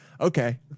Okay